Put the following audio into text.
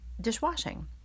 dishwashing